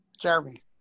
Jeremy